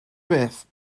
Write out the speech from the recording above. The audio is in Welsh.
beth